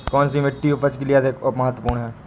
कौन सी मिट्टी उपज के लिए अधिक महत्वपूर्ण है?